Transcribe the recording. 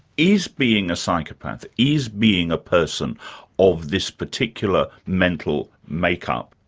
is being a psychopath, is being a person of this particular mental makeup,